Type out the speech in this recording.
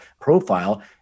profile